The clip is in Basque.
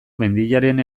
mendiaren